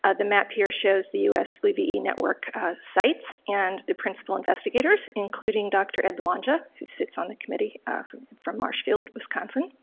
ah the map here shows the us flu ve network sites and the principal investigators, including dr. ed belongia, who sits on the committee from marshfield, wisconsin.